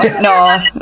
no